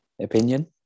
opinion